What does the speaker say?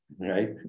right